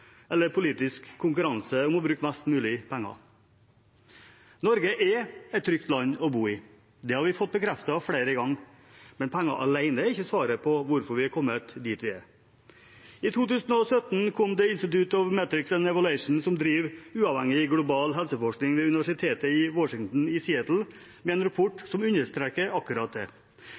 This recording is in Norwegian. eller politisk konkurranse om å bruke mest mulig penger. Norge er et trygt land å bo i. Det har vi fått bekreftet flere ganger. Men penger alene er ikke svaret på hvorfor vi har kommet dit vi er. I 2017 kom The Institute for Health Metrics and Evaluation, som driver uavhengig, global helseforskning ved universitetet i Washington i Seattle, med en rapport som understreker akkurat